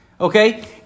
Okay